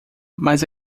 mas